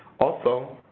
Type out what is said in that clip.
also,